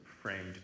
framed